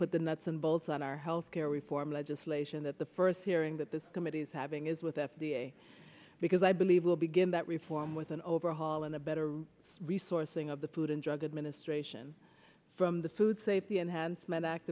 put the nuts and bolts on our health care reform legislation that the first hearing that this committee is having is with f d a because i believe will begin that reform with an overhaul in the better resourcing of the food and drug administration from the food safety enhancement act